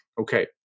Okay